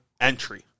entry